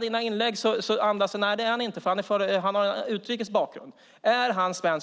Dina inlägg andas att han inte är det för han har en utrikes bakgrund. Är han svensk?